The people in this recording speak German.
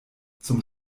zum